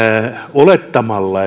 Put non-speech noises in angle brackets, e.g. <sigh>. olettamalla <unintelligible>